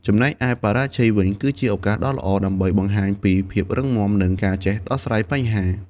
ចំណែកឯបរាជ័យវិញ គឺជាឱកាសដ៏ល្អដើម្បីបង្ហាញពីភាពរឹងមាំ និងការចេះដោះស្រាយបញ្ហា។